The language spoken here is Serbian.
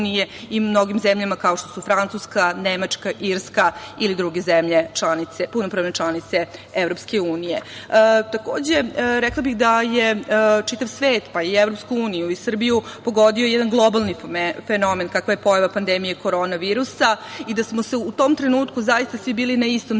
u mnogim zemljama kao što su Francuska, Nemačka, Irska ili druge zemlje punopravne članice Evropske unije. Takođe, rekla bih da je čitav svet, pa i EU i Srbiju, pogodio jedan globalni fenomen kakva je pojava pandemije korona virusa i da smo u tom trenutku zaista svi bili na istom